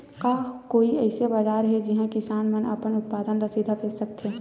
का कोई अइसे बाजार हे जिहां किसान मन अपन उत्पादन ला सीधा बेच सकथे?